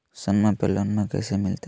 सोनमा पे लोनमा कैसे मिलते?